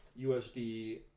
USD